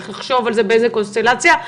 צריך לחשוב באיזו קונסטלציה,